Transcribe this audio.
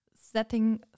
setting